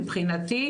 מבחינתי,